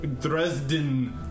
Dresden